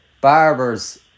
Barbers